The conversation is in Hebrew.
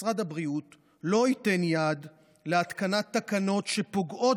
משרד הבריאות לא ייתן יד להתקנת תקנות שפוגעות